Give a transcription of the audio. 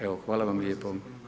Evo hvala vam lijepo.